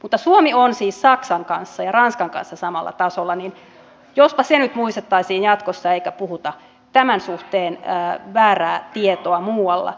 mutta suomi on siis saksan kanssa ja ranskan kanssa samalla tasolla jospa se nyt muistettaisiin jatkossa eikä puhuta tämän suhteen väärää tietoa muualla